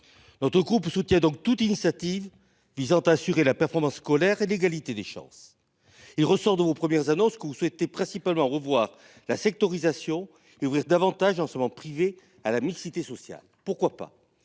Dans ton soutient donc toute initiative visant à assurer la performance scolaire et l'égalité des chances. Il ressort de vos premières annonces que vous souhaitez principalement revoir la sectorisation et ouvrir davantage en ce moment privés à la mixité sociale, pourquoi pas.